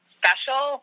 special